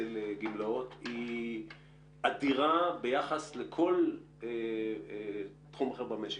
לגמלאות היא אדירה ביחס לכל תחום אחר במשק.